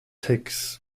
takes